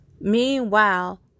Meanwhile